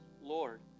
Lord